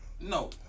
No